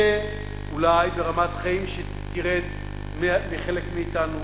המחיר יהיה אולי ירידת רמת החיים לחלק מאתנו.